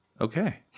Okay